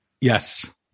Yes